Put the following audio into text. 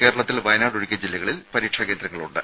കേരളത്തിൽ വയനാട് ഒഴികെ ജില്ലകളിൽ പരീക്ഷാ കേന്ദ്രങ്ങളുണ്ട്